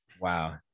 Wow